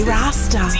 Rasta